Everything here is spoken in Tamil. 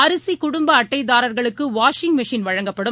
அரிசிகுடும்பஅட்டைதாரா்களுக்குவாஷிங் மெஷின் வழங்கப்படும்